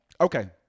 Okay